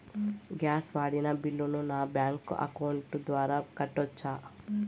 Gas వాడిన బిల్లును నా బ్యాంకు అకౌంట్ ద్వారా కట్టొచ్చా?